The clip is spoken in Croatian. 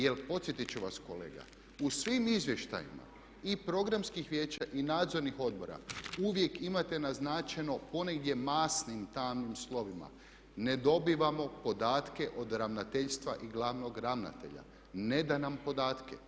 Jer podsjetit ću vas kolega, u svim izvještajima i programskih vijeća i nadzornih odbora uvijek imate naznačeno ponegdje masnim tamnim slovima ne dobivamo podatke od ravnateljstva i glavnog ravnatelja, ne da nam podatke.